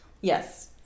Yes